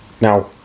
Now